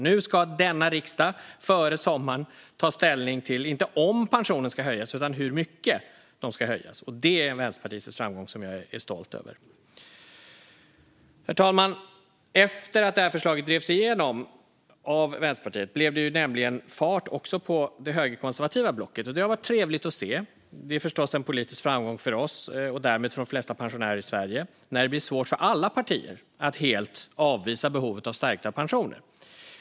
Nu ska denna riksdag före sommaren ta ställning till inte om pensionen ska höjas utan med hur mycket den ska höjas. Det är en framgång för Vänsterpartiet som jag är stolt över. Herr talman! Efter att förslaget drevs igenom av Vänsterpartiet blev det också fart på det högerkonservativa blocket. Det har varit trevligt att se. Det är förstås en politisk framgång för oss och därmed för de flesta pensionärer i Sverige när det blir svårt för alla partier att helt avvisa behovet av stärkta pensioner.